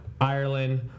Ireland